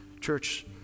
Church